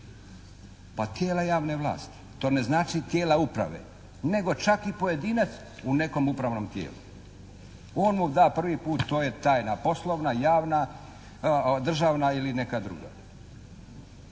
Pa tijela javne vlasti. To ne znači tijela uprave, nego čak i pojedinac u nekom upravnom tijelu, on mu da prvi put, to je tajna poslovna, javna, državna ili neka druga.